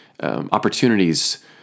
Opportunities